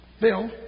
Bill